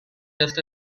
just